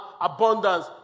abundance